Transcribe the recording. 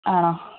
ആണോ